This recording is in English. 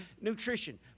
nutrition